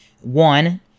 one